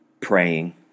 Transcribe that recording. praying